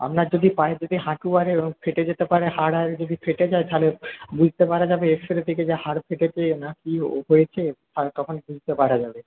আপনার যদি পায়ে যদি হাঁটু আর ইয়ে ফেটে যেতে পারে হাড় হাড় যদি ফেটে যায় তাহলে বুঝতে পারা যাবে এক্স রে থেকে যে হাড় ফেটেছে না কী হয়েছে তখন বুঝতে পারা যাবে